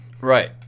Right